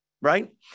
right